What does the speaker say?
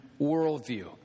worldview